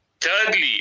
Thirdly